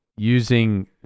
using